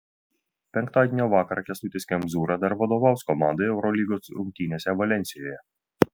penktadienio vakarą kęstutis kemzūra dar vadovaus komandai eurolygos rungtynėse valensijoje